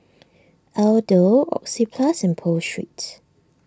Aldo Oxyplus and Pho Street